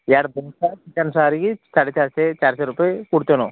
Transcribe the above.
ಚಾರ್ ಸೆ ರೂಪಾಯಿ ಕೊಡ್ತೇವೆ ನಾವು